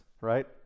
right